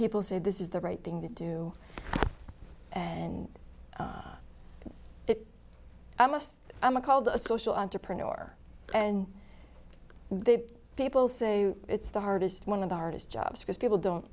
people say this is the right thing to do and i must i'm called a social entrepreneur and they people say it's the hardest one of the hardest jobs because people don't